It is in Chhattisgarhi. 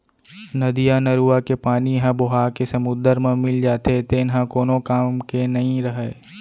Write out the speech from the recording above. नदियाँ, नरूवा के पानी ह बोहाके समुद्दर म मिल जाथे तेन ह कोनो काम के नइ रहय